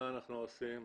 מה אנחנו עושים?